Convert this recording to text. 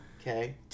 Okay